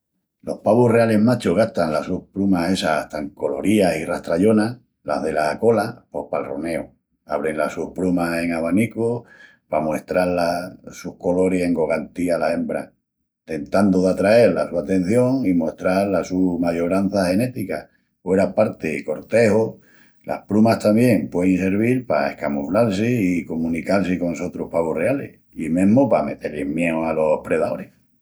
Los pavus realis machus gastan las sus prumas essas tan colorías i rastrallonas, las dela cola, pos pal roneu. Abrin las sus prumas en abanicu pa muestral las sus coloris engogantis alas hembras, tentandu d'atrael la su atención i muestral la su mayorança genética. Hueraparti'l corteju, las prumas tamién puein servil pa escamuflal-si i comunical-si con sotrus pavus realis, i mesmu pa meté-lis mieu alos predaoris.